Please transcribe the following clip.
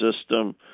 system